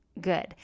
good